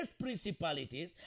principalities